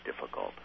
difficult